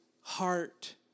heart